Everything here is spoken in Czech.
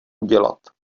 udělat